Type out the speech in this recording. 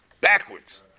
backwards